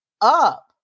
up